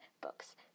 books